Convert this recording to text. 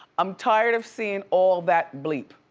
i'm tired of seein' all that bleep.